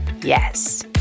Yes